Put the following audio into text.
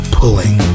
pulling